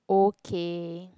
okay